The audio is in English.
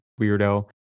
weirdo